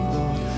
Lord